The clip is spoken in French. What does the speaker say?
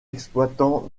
exploitant